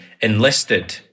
enlisted